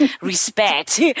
respect